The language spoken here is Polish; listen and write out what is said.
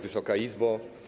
Wysoka Izbo!